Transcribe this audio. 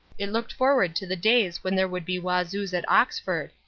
it looked forward to the days when there would be wazoos at oxford.